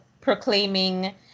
proclaiming